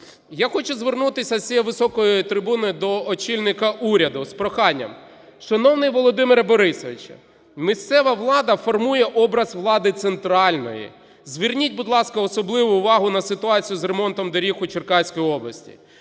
Я хочу звернутись з цієї високої трибуни до очільника уряду з проханням. Шановний Володимире Борисовичу! Місцева влада формує образ влади центральної. Зверніть, будь ласка, особливу увагу на ситуацію з ремонтом доріг у Черкаській області.